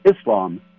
Islam